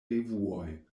revuoj